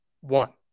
one